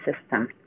system